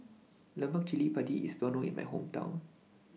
Lemak Cili Padi IS Well known in My Hometown